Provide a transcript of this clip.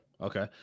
Okay